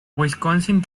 wisconsin